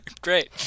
great